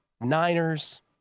Niners